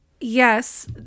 Yes